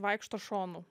vaikšto šonu